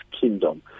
kingdom